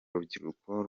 rubyiruko